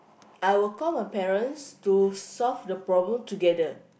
I will call my parents to solve the problem together